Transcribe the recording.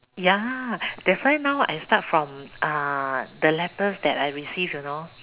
ya that's why now I start from uh the letters that I received you know